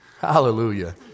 hallelujah